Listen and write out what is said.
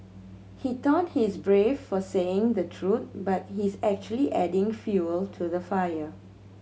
he thought he's brave for saying the truth but he's actually adding fuel to the fire